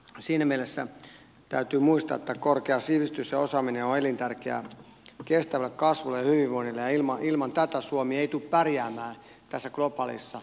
siinä mielessä täytyy muistaa että korkea sivistys ja osaaminen ovat elintärkeitä kestävälle kasvulle ja hyvinvoinnille ja ilman tätä suomi ei tule pärjäämään tässä globaalissa maailmassa